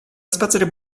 spacer